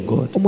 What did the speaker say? God